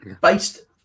Based